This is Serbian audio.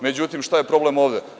Međutim, šta je problem ovde?